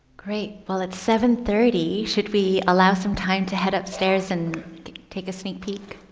great. well, it's seven thirty should we allow some time to head upstairs and take a sneak peek?